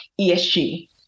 ESG